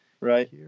Right